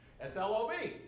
S-L-O-B